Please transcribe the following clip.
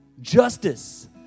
Justice